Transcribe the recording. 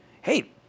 Hey